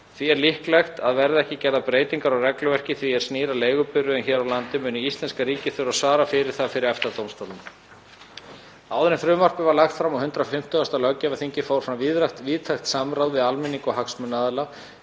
því líklegt að verði ekki gerðar breytingar á regluverki því er snýr að leigubifreiðum hér á landi muni íslenska ríkið þurfa að svara fyrir það fyrir EFTA-dómstólnum. Áður en frumvarpið var lagt fram á 150. löggjafarþingi fór fram víðtækt samráð við almenning og hagsmunaaðila.